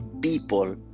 people